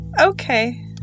okay